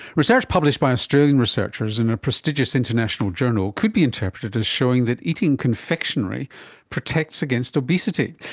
research published by australian researchers in a prestigious international journal could be interpreted as showing that eating confectionery protects against obesity.